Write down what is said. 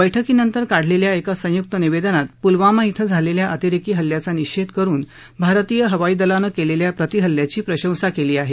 बैठकीनंतर काढलेल्या एका संयुक्त निवेदनात पुलवामा शिं झालेल्या अतिरेकी हल्ल्याचा निषेध करुन भारतीय हवाईदलानं केलेल्या प्रतिहल्ल्याची प्रशंसा केली आहे